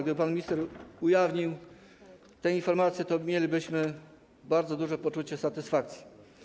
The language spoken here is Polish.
Gdyby pan minister ujawnił te informacje, to mielibyśmy bardzo duże poczucie satysfakcji.